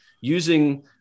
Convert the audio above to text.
using